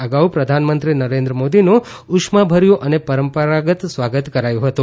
અગાઉ પ્રધાનમંત્રી નરેન્દ્ર મોદીનું ઉષ્માભર્યું અને પરંપરાગત સ્વાગત કરાયું હતું